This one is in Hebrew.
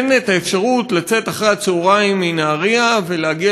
אין האפשרות לצאת אחרי הצהריים מנהריה ולהגיע